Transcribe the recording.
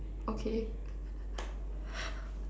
okay